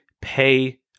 pay